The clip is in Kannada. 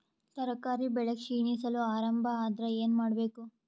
ತರಕಾರಿ ಬೆಳಿ ಕ್ಷೀಣಿಸಲು ಆರಂಭ ಆದ್ರ ಏನ ಮಾಡಬೇಕು?